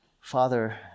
Father